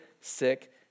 sick